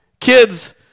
Kids